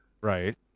Right